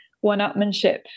one-upmanship